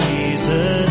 Jesus